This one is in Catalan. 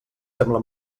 sembla